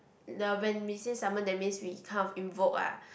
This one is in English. the when we say summon that means we kind of invoke lah